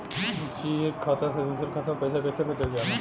जी एक खाता से दूसर खाता में पैसा कइसे भेजल जाला?